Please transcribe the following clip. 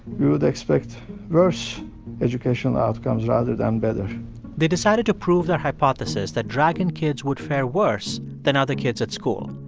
you would expect worse educational outcomes rather than better they decided to prove their hypothesis that dragon kids would fare worse than other kids at school.